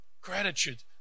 gratitude